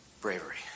Bravery